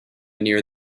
near